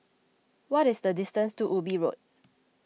what is the distance to Ubi Road